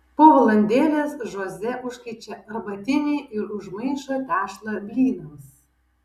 po valandėlės žoze užkaičia arbatinį ir užmaišo tešlą blynams